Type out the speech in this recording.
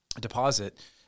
deposit